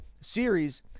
series